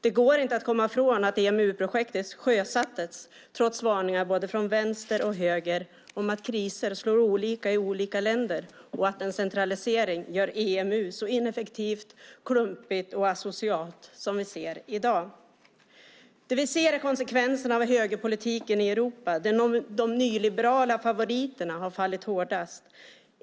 Det går inte att komma ifrån att EMU-projektet sjösattes trots varningar från både vänster och höger om att kriser slår olika i olika länder och att en centralisering gör EMU ineffektivt, klumpigt och asocialt, vilket vi ser i dag. Det vi ser är konsekvenserna av högerpolitiken i Europa där de nyliberala favoriterna har fallit hårdast.